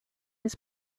his